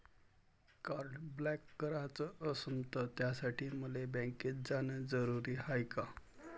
Card block कराच असनं त त्यासाठी मले बँकेत जानं जरुरी हाय का?